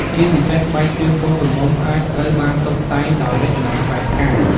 ជាពិសេសស្បែកជើងកូនក្រមុំអាចត្រូវបានតុបតែងដោយរចនាបែបផ្កា។